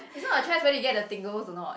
is not a choice whether you get the tingles a not